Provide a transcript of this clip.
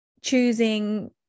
choosing